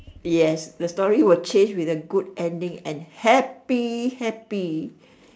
yes the story will change with a good ending and happy happy